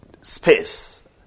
space